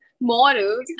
morals